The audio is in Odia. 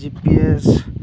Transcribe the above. ଜିପିଏସ୍